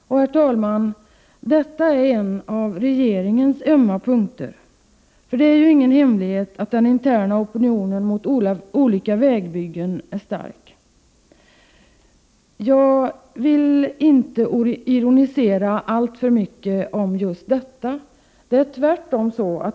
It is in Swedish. Detta är, herr talman, en av regeringens ömma punkter. Det är ju ingen hemlighet att den interna opinionen mot olika vägbyggen är stark. Men jag vill inte ironisera alltför mycket över just detta.